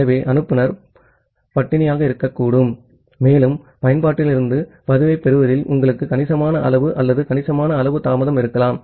ஆகவே அனுப்புநர் ஸ்டார்வேஷனக்குச் செல்லக்கூடும் மேலும் பயன்பாட்டிலிருந்து பதிலைப் பெறுவதில் உங்களுக்கு கணிசமான அளவு அல்லது கணிசமான அளவு தாமதம் இருக்கலாம்